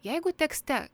jeigu tekste